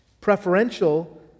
preferential